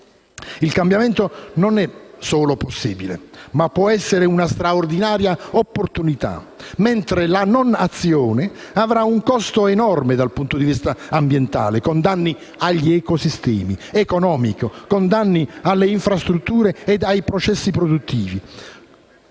Il cambiamento non è solo possibile, ma può essere una straordinaria opportunità, mentre la non azione avrà un costo enorme dal punto di vista ambientale (con danni agli ecosistemi), economico (con danni alle infrastrutture e ai processi produttivi)